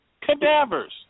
Cadavers